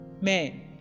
men